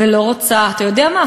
ולא רוצה, אתה יודע מה?